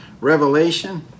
revelation